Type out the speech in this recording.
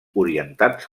orientats